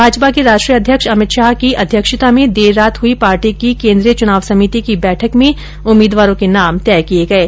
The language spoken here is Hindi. भाजपा के राष्ट्रीय अध्यक्ष अमित शाह की अध्यक्षता में देर रात हुई पार्टी की केंद्रीय चुनाव समिति की बैठक में उम्मीदवारों के नाम तय किये गये